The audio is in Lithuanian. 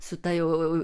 su ta jau